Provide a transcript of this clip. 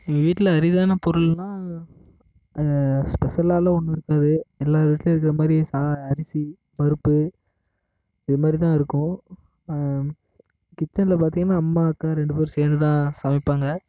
எங்கள் வீட்டில் அரிதான பொருள்ன்னா ஸ்பெஷலாகலாம் ஒன்றும் இருக்காது எல்லா வீட்லையும் இருக்கிற மாதிரி சா அரிசி பருப்பு இது மாதிரி தான் இருக்கும் கிச்சனில் பார்த்தீங்கன்னா அம்மா அக்கா ரெண்டு பேர் சேர்ந்து தான் சமைப்பாங்க